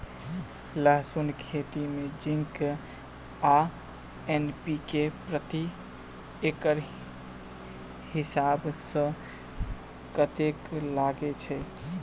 लहसून खेती मे जिंक आ एन.पी.के प्रति एकड़ हिसाब सँ कतेक लागै छै?